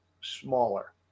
smaller